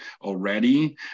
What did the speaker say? already